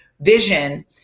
vision